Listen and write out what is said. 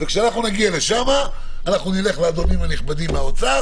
וכשנגיע לשם נלך לאדונים הנכבדים מהאוצר